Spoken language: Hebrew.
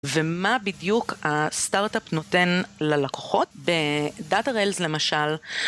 ומה בדיוק הסטארט-אפ נותן ללקוחות? בדאטה ריילס למשל...